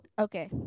Okay